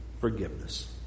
forgiveness